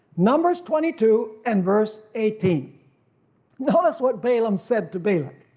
numbers twenty two and verse eighteen notice what balaam said to balak.